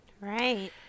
Right